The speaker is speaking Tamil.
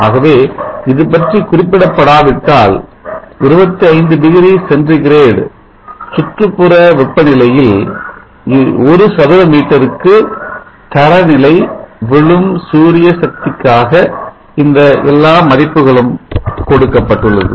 ஆகவே இது பற்றி குறிப்பிடப்படாவிட்டால் 25 டிகிரி சென்டிகிரேட் சுற்றுப்புற வெப்ப நிலையில் ஒரு சதுர மீட்டருக்கு தரநிலை விழும் சூரிய சக்திக்காக இந்த எல்லா மதிப்புகளும் கொடுக்கப்பட்டுள்ளது